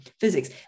physics